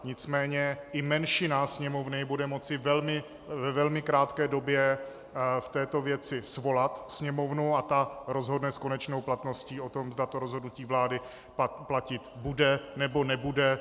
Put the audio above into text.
Nicméně i menšina Sněmovny bude moci ve velmi krátké době v této věci svolat Sněmovnu a ta rozhodne s konečnou platností o tom, zda to rozhodnutí vlády platit bude, nebo nebude.